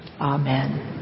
Amen